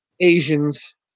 Asians